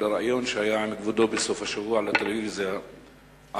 לריאיון שהיה עם כבודו בסוף השבוע בטלוויזיה הערבית.